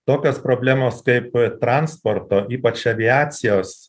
tokios problemos kaip transporto ypač aviacijos